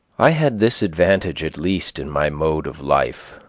i had this advantage, at least, in my mode of life,